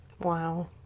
Wow